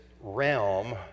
realm